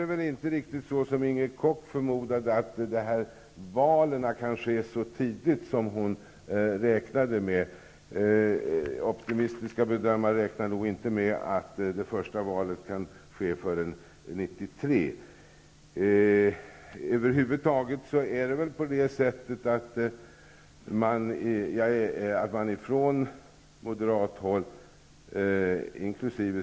Tyvärr kan nog inte valen äga rum så tidigt som Inger Koch räknade med. Optimistiska bedömare räknar nog inte med att det första valet kan ske förrän 1993. Från moderat håll, inkl.